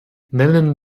nennen